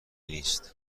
نیست